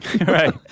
Right